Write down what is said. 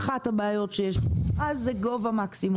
אחת הבעיות שיש במכרז זה גובה מקסימום.